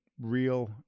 real